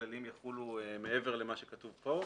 יחולו מעבר למה שכתוב פה.